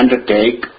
undertake